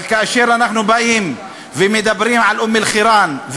אבל כאשר אנחנו באים ומדברים על אום-אלחיראן,